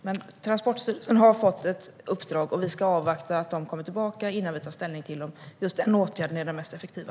Men Tranportstyrelsen har fått ett uppdrag, och vi ska avvakta det resultatet innan vi tar ställning till om just den åtgärden är den mest effektiva.